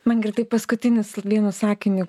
mangirdai paskutinisvienu sakiniu